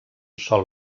sol